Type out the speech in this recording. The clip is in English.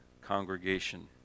congregation